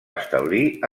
establir